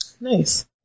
Nice